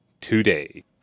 today